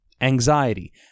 Anxiety